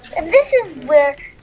and this is where